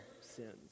sins